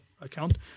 account